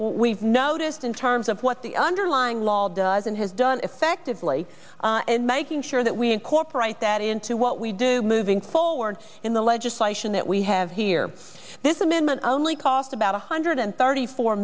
we've noticed in terms of what the underlying law does and has done effectively and making sure that we incorporate that into what we do moving forward in the legislation that we have here this amendment only cost about one hundred thirty four